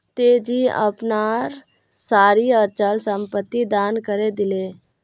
तेजी अपनार सारी अचल संपत्ति दान करे दिले